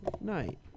Night